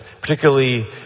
particularly